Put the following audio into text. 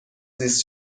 زیست